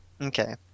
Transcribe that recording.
Okay